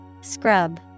Scrub